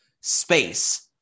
Space